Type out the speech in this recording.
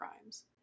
crimes